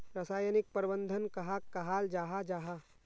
रासायनिक प्रबंधन कहाक कहाल जाहा जाहा?